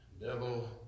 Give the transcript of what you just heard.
Devil